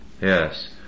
Yes